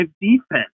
defense